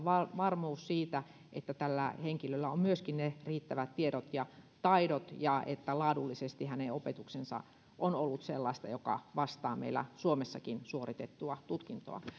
varmuus siitä että tällä henkilöllä on myöskin riittävät tiedot ja taidot ja että laadullisesti hänen opetuksensa on ollut sellaista joka vastaa meillä suomessa suoritettua tutkintoa